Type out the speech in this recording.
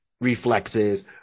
reflexes